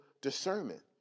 discernment